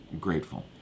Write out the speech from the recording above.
grateful